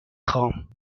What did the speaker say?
خوام